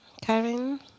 Karen